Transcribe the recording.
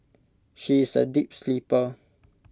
she is A deep sleeper